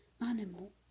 animal